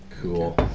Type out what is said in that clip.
Cool